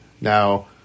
Now